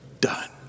done